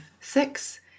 six